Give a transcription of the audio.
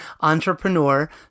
entrepreneur